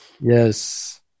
Yes